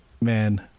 man